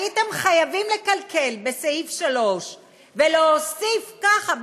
הייתם חייבים לקלקל בסעיף 3 ולהוסיף ככה,